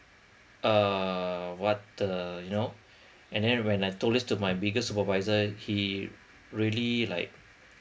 uh what the you know and then when I told this to my biggest supervisor he really like